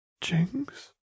Jinx